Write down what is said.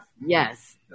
yes